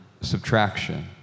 subtraction